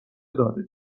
داده